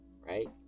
right